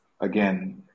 again